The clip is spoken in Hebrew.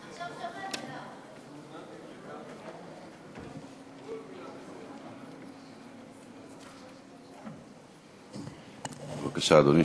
בבקשה, אדוני.